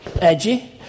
edgy